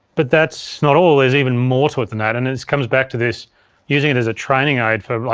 but that's not all, there's even more to it than that, and it comes back to this using it as a training aid for, like,